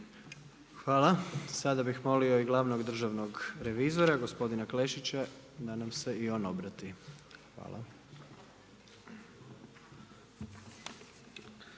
Hvala. Sada bih molio i glavnog državno revizora, gospodina Klešića, da nam se i on obrati. Hvala.